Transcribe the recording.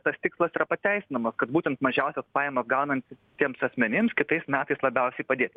tas tikslas yra pateisinamas kad būtent mažiausias pajamas gaunantiems asmenims kitais metais labiausiai padėti